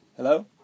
Hello